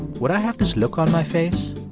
would i have this look on my face?